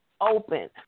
open